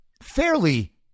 fairly